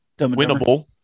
Winnable